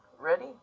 Ready